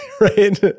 right